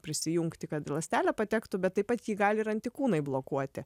prisijungti kad ląstelė patektų bet taip pat jį gali ir antikūnai blokuoti